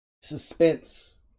suspense